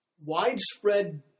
widespread